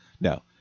No